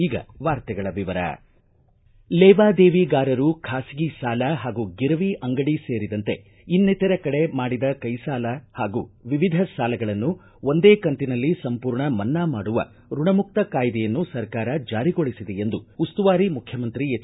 ಈಗ ವಾರ್ತೆಗಳ ವಿವರ ಲೇವಾದೇವಿಗಾರರು ಖಾಸಗಿ ಸಾಲ ಹಾಗೂ ಗಿರವಿ ಅಂಗಡಿ ಸೇರಿದಂತೆ ಇನ್ನಿತರೆ ಕಡೆ ಮಾಡಿದ ಕೈಸಾಲ ಸೇರಿದಂತೆ ವಿವಿಧ ಸಾಲಗಳನ್ನು ಒಂದೇ ಕಂತಿನಲ್ಲಿ ಸಂಪೂರ್ಣ ಮನ್ನಾ ಮಾಡುವ ಋಣಮುಕ್ತ ಕಾಯ್ದೆಯನ್ನು ಸರ್ಕಾರ ಜಾರಿಗೊಳಿಸಿದೆ ಎಂದು ಉಸ್ತುವಾರಿ ಮುಖ್ಯಮಂತ್ರಿ ಎಚ್